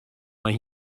mae